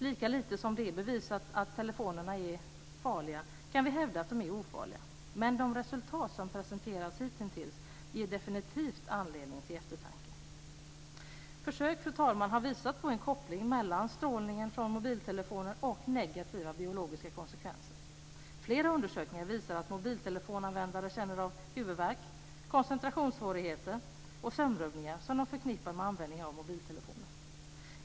Lika lite som det är bevisat att telefonerna är farliga kan vi hävda att de är ofarliga - men de resultat som presenterats hittills ger definitivt anledning till eftertanke. Försök, fru talman, har visat på en koppling mellan strålning från mobiltelefoner och negativa biologiska konsekvenser. Flera undersökningar visar att mobiltelefonanvändare känner av huvudvärk, koncentrationssvårigheter och sömnrubbningar som de förknippar med användningen av mobiltelefoner.